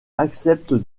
accepte